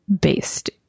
based